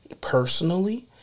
personally